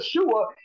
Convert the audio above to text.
Yeshua